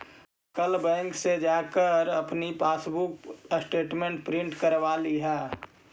कल बैंक से जाकर अपनी पासबुक स्टेटमेंट प्रिन्ट करवा लियह